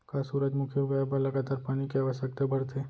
का सूरजमुखी उगाए बर लगातार पानी के आवश्यकता भरथे?